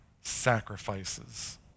sacrifices